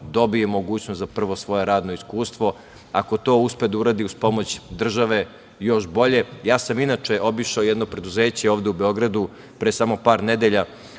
dobije mogućnost za svoje prvo radno iskustvo, a ako to uspe da uradi uz pomoć države, još bolje. Ja sam, inače, obišao jedno preduzeće ovde u Beogradu pre samo par nedelja,